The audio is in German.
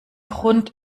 grund